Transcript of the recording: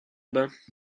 bas